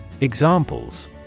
Examples